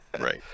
Right